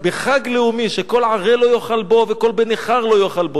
בחג לאומי שכל ערל לא יאכל בו וכל בן נכר לא יאכל בו.